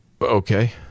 Okay